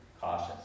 cautious